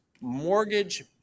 mortgage